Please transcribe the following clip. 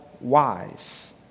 wise